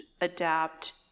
adapt